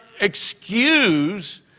excuse